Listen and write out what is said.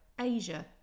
Asia